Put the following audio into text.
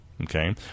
Okay